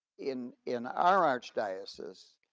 in in our archdiocese,